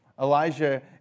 Elijah